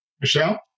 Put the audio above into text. Michelle